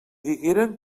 digueren